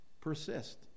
Persist